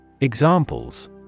Examples